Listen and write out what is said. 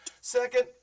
Second